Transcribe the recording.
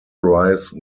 rise